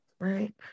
Right